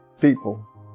people